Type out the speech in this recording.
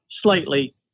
Slightly